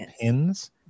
pins